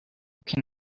can